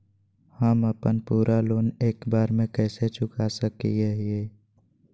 हम अपन पूरा लोन एके बार में कैसे चुका सकई हियई?